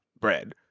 Bread